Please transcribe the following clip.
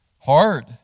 hard